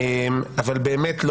באמת,